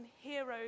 heroes